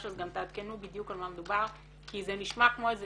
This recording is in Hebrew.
אז גם תעדכנו בדיוק על מה מדובר כי זה נשמע כמו איזה